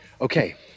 Okay